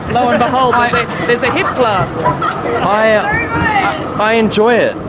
i i enjoy it.